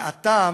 מהטעם